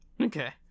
Okay